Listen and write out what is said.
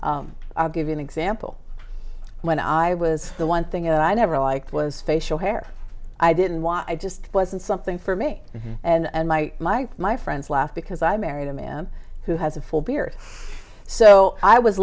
h i'll give you an example when i was the one thing i never liked was facial hair i didn't want i just wasn't something for me and my my my friends laugh because i married a man who has a full beard so i was